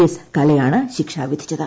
S കലയാണ് ശിക്ഷ വിധിച്ചത്